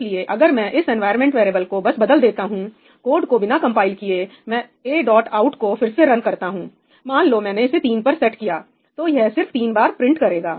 इसलिए अगर मैं इस एनवायरमेंट वेरिएबल को बस बदल देता हूं कोड़ को बिना कंपाइल किए मैं ए डॉट आउट को फिर से रन करता हूं मान लो मैंने इसे 3 पर सेट किया तो यह सिर्फ तीन बार प्रिंट करेगा